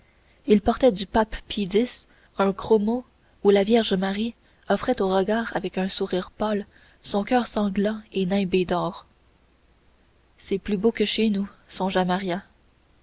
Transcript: le portrait du pape pie x un chromo où la vierge marie offrait aux regards avec un sourire pâle son coeur à la fois sanglant et nimbé d'or c'est plus beau que chez nous songea